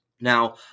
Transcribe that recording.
Now